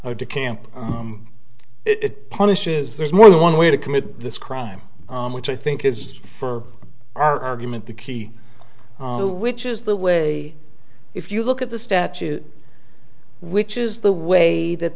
go to camp it punishes there's more than one way to commit this crime which i think is for our argument the key which is the way if you look at the statute which is the way that